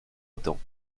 autant